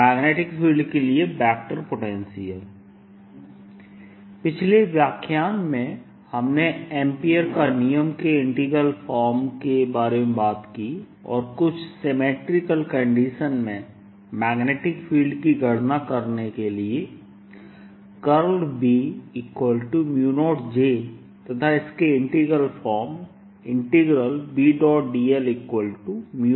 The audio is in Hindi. मैग्नेटिक फील्ड के लिए वेक्टर पोटेंशियल पिछले व्याख्यान में हमने एम्पीयर का नियमAmpere's Law के इंटीग्रल फार्म के बारे में बात की और कुछ सिमिट्रिकल कंडीशन में मैग्नेटिक फील्ड की गणना करने के लिए B0J तथा इसके इंटीग्रल फार्म Bdl0Ienclosed का प्रयोग